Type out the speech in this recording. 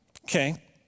Okay